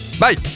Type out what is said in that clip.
bye